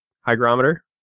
Hygrometer